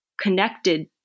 connected